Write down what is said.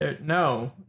No